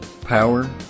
Power